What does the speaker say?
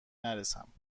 نرسم